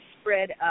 spread